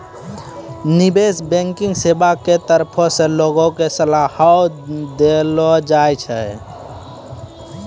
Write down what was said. निबेश बैंकिग सेबा के तरफो से लोगो के सलाहो देलो जाय छै